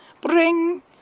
Bring